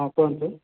ହଁ କୁହନ୍ତୁ